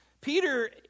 Peter